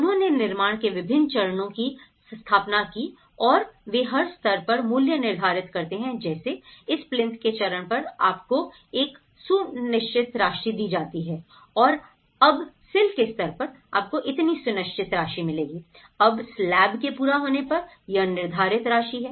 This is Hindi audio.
उन्होंने निर्माण के विभिन्न चरणों की स्थापना की और वे हर स्तर पर मूल्य निर्धारित करते हैं जैसे इस प्लिंथ के चरण पर आपको एक सुन निश्चित राशि दी जाती है और अब सिल के स्तर पर आपको इतनी सुनिश्चित राशि मिलेगी अब स्लैब के पूरा होने पर यह निर्धारित राशि है